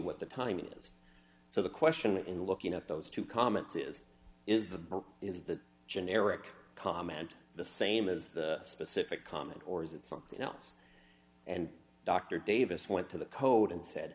what the timing is so the question in looking at those two comments is is that is the generic comment the same as the specific comment or is it something else and dr davis went to the code and said